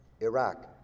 Iraq